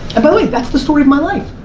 but way, that's the story of my life.